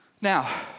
Now